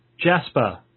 Jasper